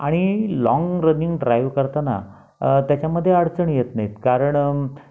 आणि long running drive करताना त्याच्यामध्ये अडचण येत नाहीत कारण